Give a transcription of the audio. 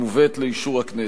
המובאת לאישור הכנסת.